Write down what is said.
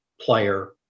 player